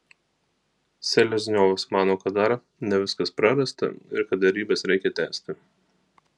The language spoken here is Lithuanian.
selezniovas mano kad dar ne viskas prarasta ir kad derybas reikia tęsti